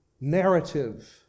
narrative